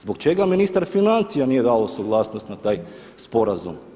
Zbog čega ministar financija nije dao suglasnost na taj sporazum?